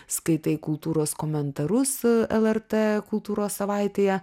skaitai kultūros komentarus lrt kultūros savaitėje